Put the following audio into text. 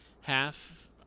half